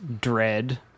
dread